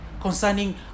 Concerning